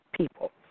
people